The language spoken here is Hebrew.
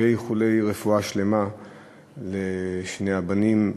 ואיחולי רפואה שלמה לשני הבנים,